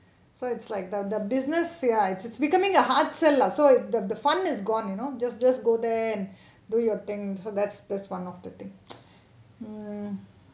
so it's like the the business ya it's becoming a hard sell lah so the the fun is gone you know just just go there do your thing so that's that's one of the thing mm